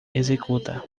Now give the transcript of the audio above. executa